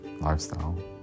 lifestyle